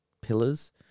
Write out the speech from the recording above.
pillars